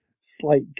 slight